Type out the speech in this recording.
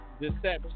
deception